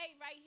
right